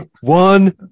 One